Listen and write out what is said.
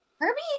Herbie